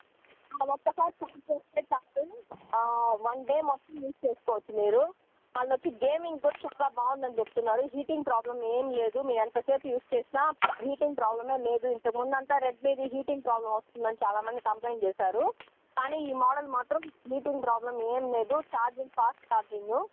ఒక్కసారి ఛార్జ్ చేస్తే చాలండి వన్ డే మొత్తం యూస్ చేసుకోవచ్చు మీరు మళ్ళీ వచ్చి గేమింగ్ కూడా చాలా బాగుందని చెప్తున్నారు హీటింగ్ ప్రాబ్లెమ్ ఏం లేదు మీరు ఎంతసేపు యూస్ చేసినా హీటింగ్ ప్రాబ్లమే లేదు ఇంతకు ముందు అంతా రెడ్మీది హీటింగ్ ప్రాబ్లెమ్ వస్తుందని చాలామంది కంప్లైంట్ చేసారు కానీ ఈ మోడల్ మాత్రం హీటింగ్ ప్రాబ్లెమ్ ఏం లేదు చార్జింగు ఫాస్ట్ ఛార్జింగు